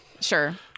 sure